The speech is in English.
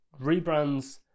rebrands